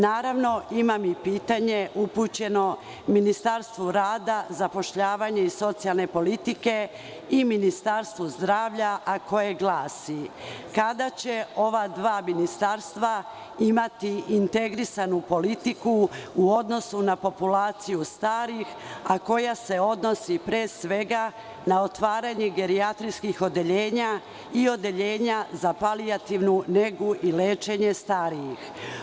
Naravno, imam i pitanje upućeno Ministarstvu rada, zapošljavanja i socijalne politike i Ministarstvu zdravlja, a koje glasi: kada će ova dva ministarstva imati integrisanu politiku u odnosu na populaciju starih, a koja se odnosi, pre svega, na otvaranje gerijatrijskih odeljenja i odeljenja za palijativnu negu i lečenje starijih?